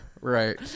Right